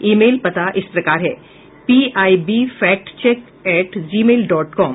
ई mail पता इस प्रकार है पीआईबीफैक्टचेकएट जीमेल डॉट कॉम